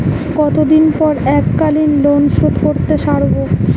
কতদিন পর এককালিন লোনশোধ করতে সারব?